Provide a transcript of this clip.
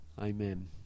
Amen